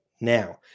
now